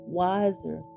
wiser